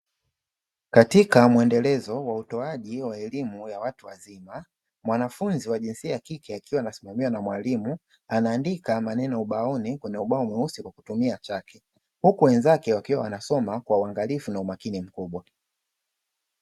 Katika muendelezo wa utoaji wa elimu ya watu wazima mwanafunzi wa jinsia ya kike akiwa anasimamiwa na mwalimu, anaandika maneno ubaoni kwenye ubao mweusi kwa kutumia chaki huku wenzake wakiwa wanasoma kwa uangalifu na umakini mkubwa.